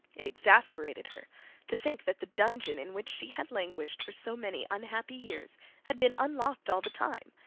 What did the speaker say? it exasperated her to think that the dungeon in which she had languished for so many unhappy years had been unlocked all the time,